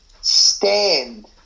stand